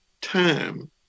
time